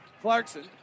Clarkson